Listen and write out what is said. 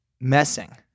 messing